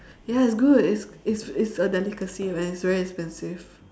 ya it's good it's it's it's a delicacy and it's very expensive